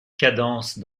cadence